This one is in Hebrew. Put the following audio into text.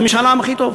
זה משאל העם הכי טוב.